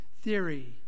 theory